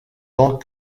tant